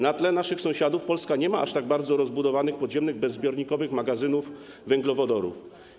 Na tle sąsiadów Polska nie ma aż tak bardzo rozbudowanych podziemnych bezzbiornikowych magazynów węglowodorów.